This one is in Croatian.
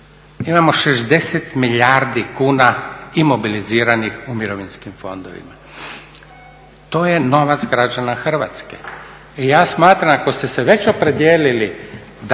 Imamo 60 milijardi kuna imobiliziranih u mirovinskim fondovima, to je novac građana Hrvatske. I ja smatram ako ste se već opredijelili